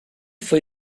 foi